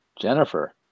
Jennifer